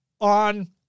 on